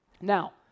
Now